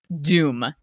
Doom